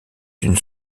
une